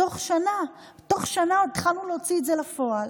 תוך שנה, תוך שנה התחלנו להוציא את זה לפועל,